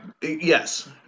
yes